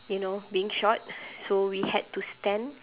you know being short so we had to stand